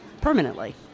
permanently